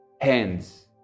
hands